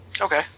Okay